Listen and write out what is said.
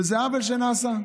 וזה עוול שנעשה.